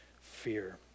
fear